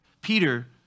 Peter